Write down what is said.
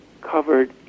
covered